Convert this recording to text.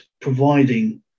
providing